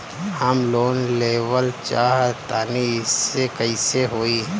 हम लोन लेवल चाह तानि कइसे होई?